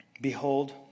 behold